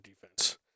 defense